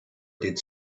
did